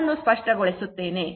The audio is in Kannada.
ಅದನ್ನು ಸ್ಪಷ್ಟಗೊಳಿಸುತ್ತೇನೆ